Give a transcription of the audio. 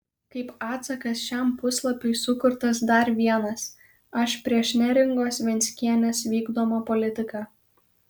kaip atsakas šiam puslapiui sukurtas dar vienas aš prieš neringos venckienės vykdomą politiką